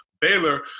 Baylor